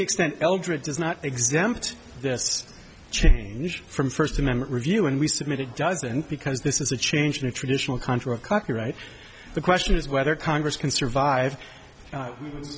extent eldrid does not exempt this change from first amendment review and we submit it doesn't because this is a change in the traditional contra copyright the question is whether congress can survive